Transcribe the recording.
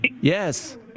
Yes